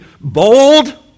bold